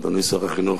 אדוני שר החינוך,